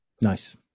nice